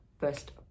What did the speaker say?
first